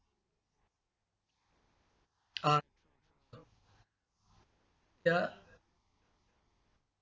ah ya